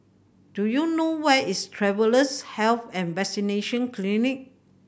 do you know where is Travellers' Health and Vaccination Clinic